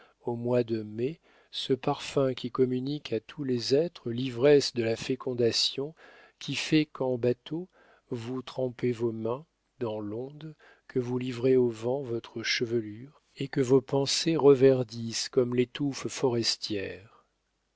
au mois de mai ce parfum qui communique à tous les êtres l'ivresse de la fécondation qui fait qu'en bateau vous trempez vos mains dans l'onde que vous livrez au vent votre chevelure et que vos pensées reverdissent comme les touffes